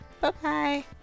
Bye-bye